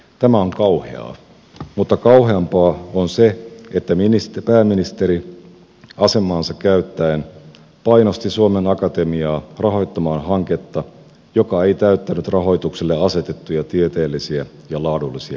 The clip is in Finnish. tämä on kauheaa mutta kauheampaa on se että pääministeri asemaansa käyttäen painosti suomen akatemiaa rahoittamaan hanketta joka ei täyttänyt rahoitukselle asetettuja tieteellisiä ja laadullisia kriteerejä